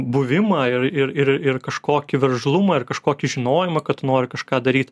buvimą ir ir ir ir kažkokį veržlumą ir kažkokį žinojimą kad tu nori kažką daryt